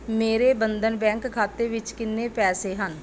ਮੇਰੇ ਬੰਧਨ ਬੈਂਕ ਖਾਤੇ ਵਿੱਚ ਕਿੰਨੇ ਪੈਸੇ ਹਨ